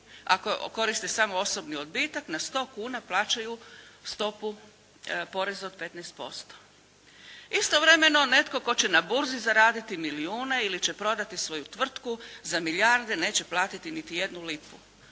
ako koriste samo osobni odbitak na 100 kuna plaćaju stopu poreza od 15%. Istovremeno netko tko će na burzi zaraditi milijune ili će prodati svoju tvrtku za milijarde neće platiti niti jednu lipu.